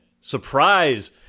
Surprise